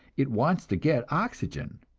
it wants to get oxygen,